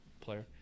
player